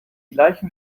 gleichen